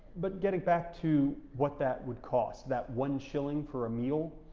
but getting back to what that would cost, that one shilling for a meal,